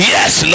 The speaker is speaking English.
Yes